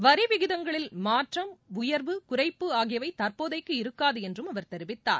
வரி விகிதங்களில் மாற்றம் உயர்வு குறைப்பு ஆகியவை தற்போதைக்கு இருக்கூது என்றும் அவர் தெரிவித்தார்